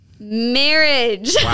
marriage